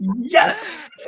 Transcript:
yes